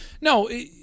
No